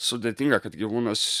sudėtinga kad gyvūnas